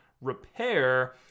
repair